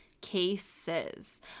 cases